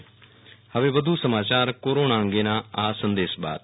Viral Rana corona સંદેશ વધુ સમાચાર કોરોના અંગેના આ સંદેશ બાદ